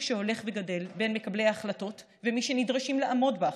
שהולך וגדל בין מקבלי ההחלטות למי שנדרשים לעמוד בהחלטות,